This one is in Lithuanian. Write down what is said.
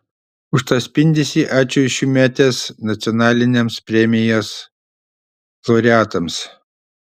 už tą spindesį ačiū šiųmetės nacionalinėms premijos laureatams